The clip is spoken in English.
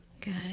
Good